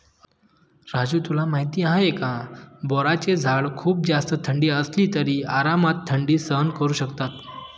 राजू तुला माहिती आहे का? बोराचे झाड खूप जास्त थंडी असली तरी आरामात थंडी सहन करू शकतात